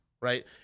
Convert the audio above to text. right